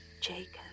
Jacob